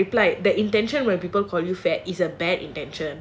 ya that's what I said I replied the intention when people call you fat is a bad intention